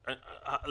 והזרות.